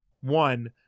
One